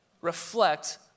reflect